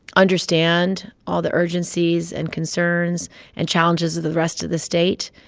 understand all the urgencies and concerns and challenges of the rest of the state.